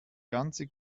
ganze